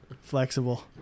Flexible